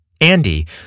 Andy